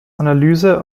analyse